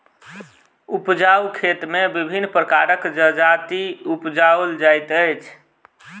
उपजाउ खेत मे विभिन्न प्रकारक जजाति उपजाओल जाइत छै